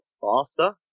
faster